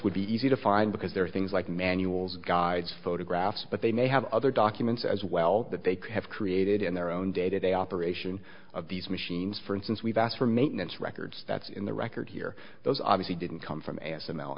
would be easy to find because there are things like manuals guides photographs but they may have other documents as well that they could have created in their own day to day operation of these machines for instance we've asked for maintenance records that's in the record here those obviously didn't come from